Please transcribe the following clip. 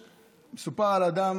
מסופר על אדם